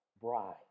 bride